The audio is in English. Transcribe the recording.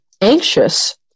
anxious